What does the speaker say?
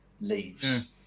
leaves